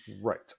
right